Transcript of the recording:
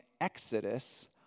Exodus